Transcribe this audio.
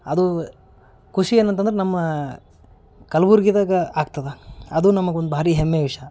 ಅದು ಖುಷಿ ಏನಂತಂದ್ರೆ ನಮ್ಮ ಕಲ್ಬುರ್ಗಿದಾಗ ಆಗ್ತದ ಅದು ನಮ್ಗೊಂದು ಭಾರಿ ಹೆಮ್ಮೆ ವಿಷಯ